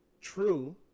true